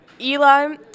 Eli